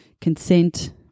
consent